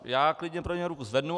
Já klidně pro něj ruku zvednu.